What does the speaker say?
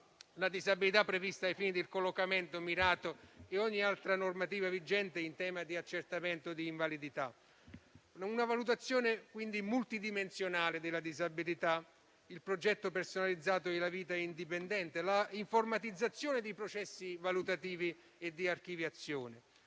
la disabilità prevista ai fini del collocamento mirato e ogni altra normativa vigente in tema di accertamento di invalidità; una valutazione, quindi, multidimensionale della disabilità; il progetto personalizzato della vita indipendente; l'informatizzazione dei processi valutativi e di archiviazione;